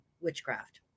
witchcraft